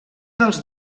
dels